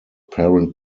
parent